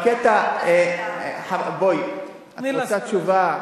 רוצה תשובה?